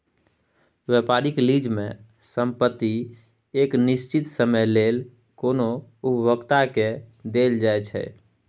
व्यापारिक लीज में संपइत एक निश्चित समय लेल कोनो उपभोक्ता के देल जाइ छइ